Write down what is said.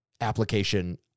application